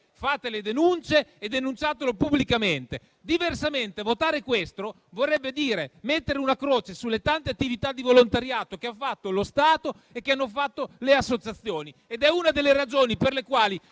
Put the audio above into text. non avviene, denunciatelo pubblicamente; diversamente votare questi emendamenti vorrebbe dire mettere una croce sulle tante attività di volontariato che ha svolto lo Stato e che hanno svolto le associazioni ed è una delle ragioni per le quali